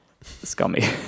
scummy